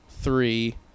Three